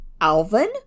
Alvin